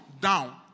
down